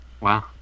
Wow